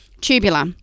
Tubular